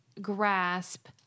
grasp